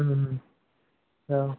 অঁ